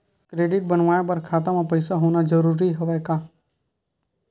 Credit बनवाय बर खाता म पईसा होना जरूरी हवय का?